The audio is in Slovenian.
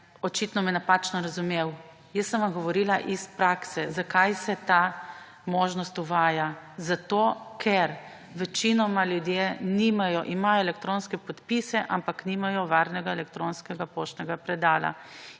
očitno napačno razumel. Jaz sem vam govorila iz prakse, zakaj se ta možnost uvaja – zato ker večinoma ljudje imajo elektronske podpise, nimajo pa varnega elektronskega poštnega predala.